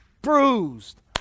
bruised